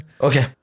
Okay